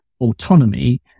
autonomy